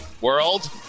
world